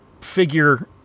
figure